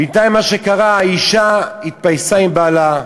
בינתיים מה שקרה, האישה התפייסה עם בעלה.